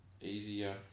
easier